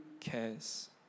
cares